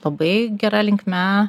labai gera linkme